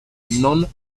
non